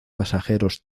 pasajeros